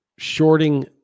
shorting